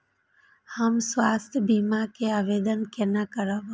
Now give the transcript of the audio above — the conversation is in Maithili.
हम स्वास्थ्य बीमा के आवेदन केना करब?